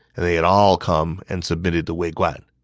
and they had all come and submitted to wei guan.